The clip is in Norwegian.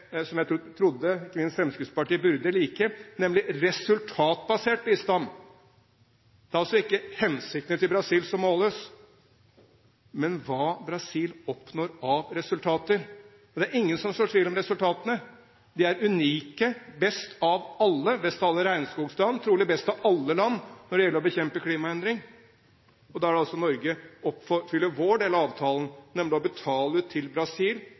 som jeg trodde ikke minst Fremskrittspartiet burde like, nemlig gitt resultatbasert bistand. Det er altså ikke hensiktene til Brasil som måles, men hva Brasil oppnår av resultater. Og det er ingen som sår tvil om resultatene. De er unike – best av alle regnskogsland, trolig best av alle land, når det gjelder å bekjempe klimaendring. Der har Norge oppfylt sin del av avtalen, nemlig å betale ut til Brasil